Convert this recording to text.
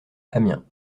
amiens